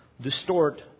distort